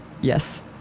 Yes